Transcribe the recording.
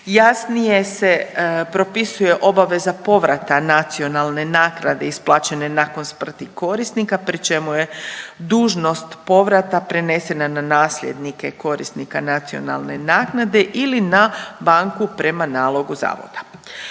Jasnije se propisuje obaveza povrata nacionalne naknade isplaćene nakon smrti korisnika pri čemu je dužnost povrata prenesena na nasljednike korisnika nacionalne naknade ili na banku prema nalogu zavoda.